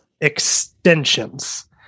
extensions